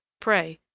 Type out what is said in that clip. pray,